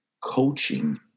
coaching